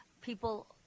people